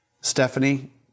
Stephanie